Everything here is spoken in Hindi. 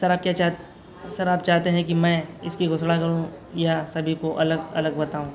सर आप क्या चाह सर आप चाहते हैं कि मैं इसकी घोषणा करूँ या सभी को अलग अलग बताऊँ